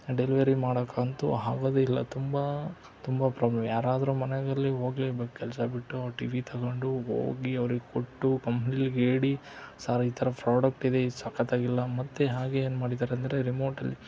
delivery ಮಾಡೋಕ್ಕಂತೂ ಆಗೋದೇ ಇಲ್ಲ ತುಂಬ ತುಂಬ ಪ್ರಾಬ್ಲಮ್ ಯಾರಾದರೂ ಮನೇನಲ್ಲಿ ಹೋಗ್ಲೇಬೇಕು ಕೆಲಸ ಬಿಟ್ಟು ಆ ಟಿ ವಿ ತಗೊಂಡು ಹೋಗಿ ಅವ್ರಿಗೆ ಕೊಟ್ಟು ಕಂಪ್ನೀಲ್ಲಿ ಹೇಳಿ ಸರ್ ಈ ಥರ ಫ್ರಾಡಕ್ಟ್ ಇದೆ ಇದು ಸಕತ್ತಾಗಿಲ್ಲ ಮತ್ತು ಹಾಗೇ ಏನ್ಮಾಡಿದಾರೆ ಅಂದರೆ ರಿಮೋಟಲ್ಲಿ